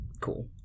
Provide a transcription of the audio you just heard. cool